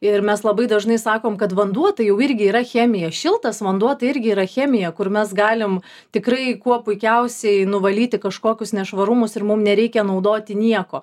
ir mes labai dažnai sakom kad vanduo tai jau irgi yra chemija šiltas vanduo tai irgi yra chemija kur mes galim tikrai kuo puikiausiai nuvalyti kažkokius nešvarumus ir mum nereikia naudoti nieko